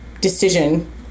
decision